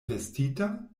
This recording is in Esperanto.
vestita